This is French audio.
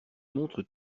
montre